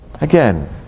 Again